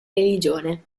religione